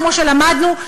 כמו שלמדנו,